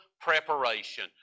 preparation